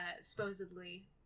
supposedly